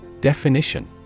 Definition